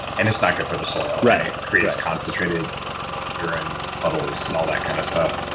and it's not good for the soil right it creates concentrated urine puddles and all that kind of stuff,